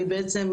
אני בעצם,